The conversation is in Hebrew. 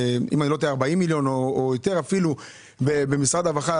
הוא לא נכלל